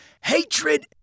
Hatred